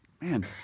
man